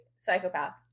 Psychopath